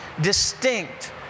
distinct